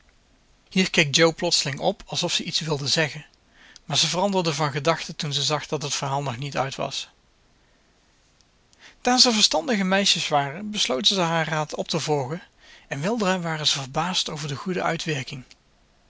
hier keek jo plotseling op alsof ze iets wilde zeggen maar ze veranderde van gedachte toen ze zag dat het verhaal nog niet uit was daar ze verstandige meisjes waren besloten ze haar raad op te volgen en weldra waren ze verbaasd over de goede uitwerking